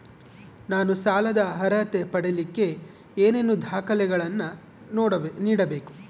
ನಾನು ಸಾಲದ ಅರ್ಹತೆ ಪಡಿಲಿಕ್ಕೆ ಏನೇನು ದಾಖಲೆಗಳನ್ನ ನೇಡಬೇಕು?